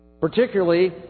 Particularly